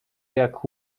jak